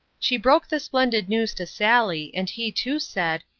she broke the splendid news to sally, and he, too, said,